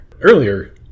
Earlier